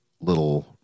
little